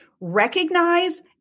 recognize